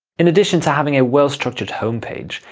in addition to having a well-structured homepage,